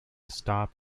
stop